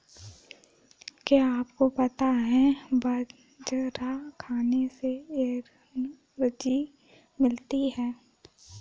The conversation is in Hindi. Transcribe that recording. क्या आपको पता है बाजरा खाने से एनर्जी मिलती है?